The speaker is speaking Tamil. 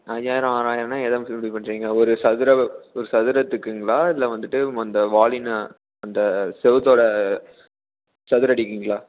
ஐயாயிரம் ஆறாயிரம்ன்னா எதை வெச்சு முடிவு பண்ணுறீங்க ஒரு சதுர ஒரு சதுரத்துக்குங்களா இல்லை வந்துவிட்டு அந்த வாலின் அந்த செவத்தோட சதுரடிக்குங்களா